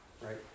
Right